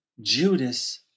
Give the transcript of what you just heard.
Judas